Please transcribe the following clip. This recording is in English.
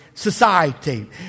society